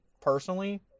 personally